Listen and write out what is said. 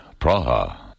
Praha